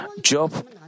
Job